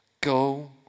Go